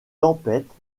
tempêtes